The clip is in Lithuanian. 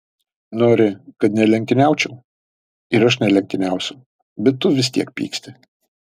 nori kad nelenktyniaučiau ir aš nelenktyniausiu bet tu vis tiek pyksti